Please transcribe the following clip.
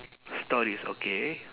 stories okay